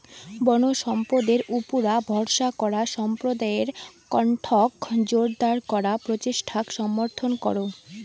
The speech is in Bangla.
বনসম্পদের উপুরা ভরসা করা সম্প্রদায়ের কণ্ঠক জোরদার করার প্রচেষ্টাক সমর্থন করো